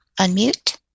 unmute